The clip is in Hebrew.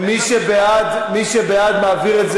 מי שבעד,